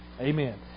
Amen